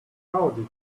how